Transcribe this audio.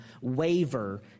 waver